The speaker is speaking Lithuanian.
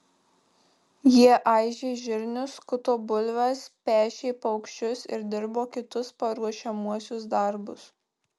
jie aižė žirnius skuto bulves pešė paukščius ir dirbo kitus paruošiamuosius darbus